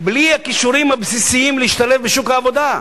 בלי הכישורים הבסיסיים להשתלב בשוק העבודה,